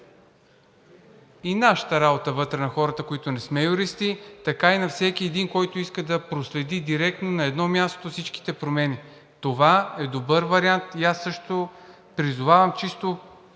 облекчи работата на хората, които не сме юристи, така и на всеки един, който иска да проследи директно на едно място всичките промени. Това е добър вариант и аз също призовавам чисто